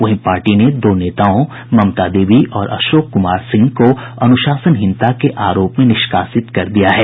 वहीं पार्टी ने दो नेताओं ममता देवी और अशोक कुमार सिंह को अनुशासनहीनता के आरोप में निष्कासित कर दिया है